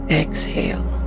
exhale